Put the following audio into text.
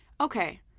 okay